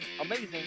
amazing